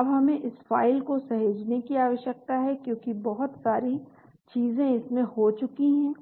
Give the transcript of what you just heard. अब हमें इस फ़ाइल को सहेजने की आवश्यकता है क्योंकि बहुत सारी चीजें इसमें हो चुकी हैं